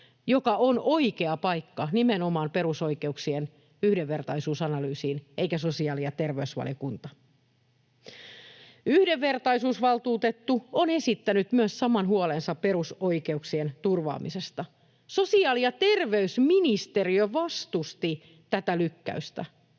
joka on oikea paikka nimenomaan perusoikeuksien yhdenvertaisuusanalyysiin eikä sosiaali- ja terveysvaliokunta. Myös yhdenvertaisuusvaltuutettu on esittänyt saman huolensa perusoikeuksien turvaamisesta. Sosiaali- ja terveysministeriö vastusti tätä lykkäystä,